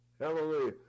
Hallelujah